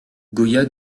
goya